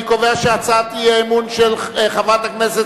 אני קובע שהצעת האי-אמון של חברת הכנסת